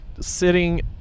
sitting